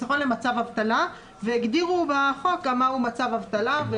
חיסכון למצב אבטלה והגדירו בחוק גם מהו מצב אבטלה.